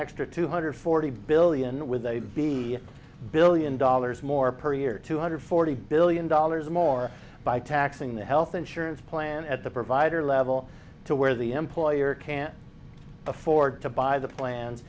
extra two hundred forty billion with a b billion dollars more per year two hundred forty billion dollars more by taxing the health insurance plan at the provider level to where the employer can't afford to buy the plans